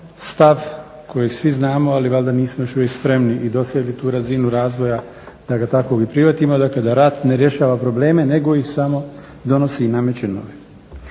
stav koji svi znamo ali valjda nismo još uvijek spremni i dosegli tu razinu razvoja da ga takvog i prihvatimo, dakle da rat ne rješava probleme nego ih samo donosi i nameće nove.